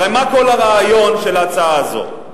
הרי מה כל הרעיון של ההצעה הזאת?